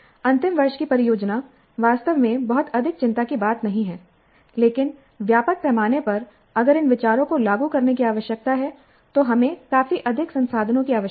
अंतिम वर्ष की परियोजना वास्तव में बहुत अधिक चिंता की बात नहीं है लेकिन व्यापक पैमाने पर अगर इन विचारों को लागू करने की आवश्यकता है तो हमें काफी अधिक संसाधनों की आवश्यकता है